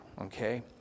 okay